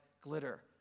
glitter